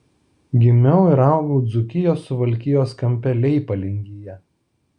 gimiau ir augau dzūkijos suvalkijos kampe leipalingyje